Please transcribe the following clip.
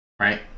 Right